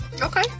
Okay